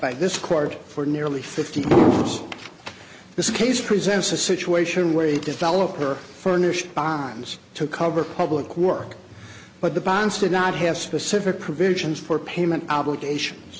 by this court for nearly fifty years this case presents a situation where the developer furnished bonds to cover public work but the bonds did not have specific provisions for payment obligations